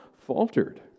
faltered